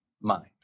mind